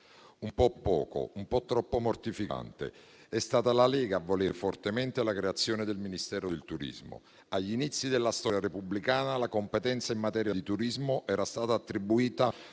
un po' poco, un po' troppo mortificante. È stata la Lega a volere fortemente la creazione del Ministero del turismo. Agli inizi della storia repubblicana, la competenza in materia di turismo era stata attribuita